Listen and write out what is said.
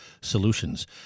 Solutions